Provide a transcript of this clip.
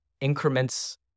increments